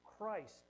Christ